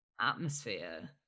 atmosphere